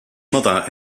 mother